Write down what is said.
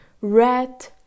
red